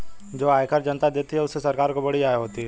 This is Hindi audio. जो आयकर जनता देती है उससे सरकार को बड़ी आय होती है